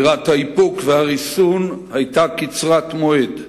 אווירת האיפוק והריסון היתה קצרת מועד.